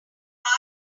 arch